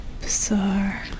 Bizarre